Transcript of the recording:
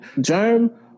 Germ